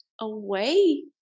away